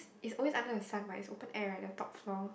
is always under the sun right it's open air right the top floor